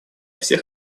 всех